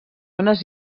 ones